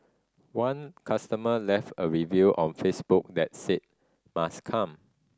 one customer left a review on Facebook that said must come